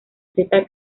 zeta